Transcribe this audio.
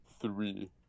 three